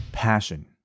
passion